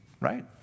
right